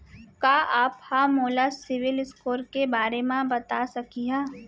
का आप हा मोला सिविल स्कोर के बारे मा बता सकिहा?